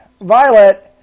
Violet